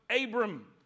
Abram